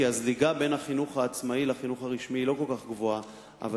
כי הזליגה בין החינוך העצמאי לחינוך הרשמי היא לא כל כך רבה.